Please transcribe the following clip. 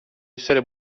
essere